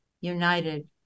united